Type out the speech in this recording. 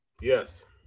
Yes